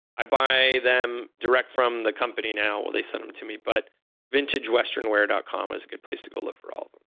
i buy them direct from the company now. they send them to me, but vintagewesternwear dot com is a good place to go look for all of them.